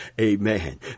Amen